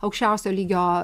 aukščiausio lygio